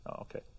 Okay